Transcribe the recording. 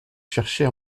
cherchez